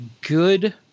Good